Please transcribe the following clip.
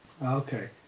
Okay